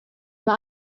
mae